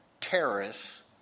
terrorists